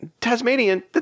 Tasmanian